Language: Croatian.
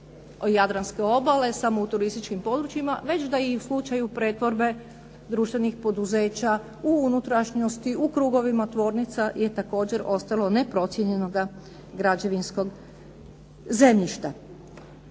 jadranske obale, samo u turističkim područjima, već da i u slučaju pretvorbe društvenih poduzeća u unutrašnjosti u krugovima tvornica je također ostalo neprocijenjenoga građevinskog zemljišta.